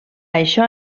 això